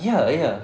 ya ya